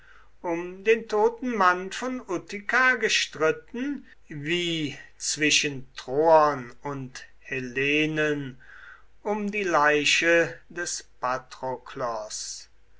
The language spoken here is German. um den toten mann von utica gestritten wie zwischen troern und hellenen um die leiche des patroklos